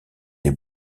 des